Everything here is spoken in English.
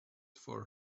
for